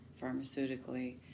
pharmaceutically